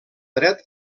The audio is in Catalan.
dret